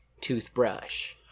toothbrush